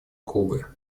кубы